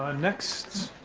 next,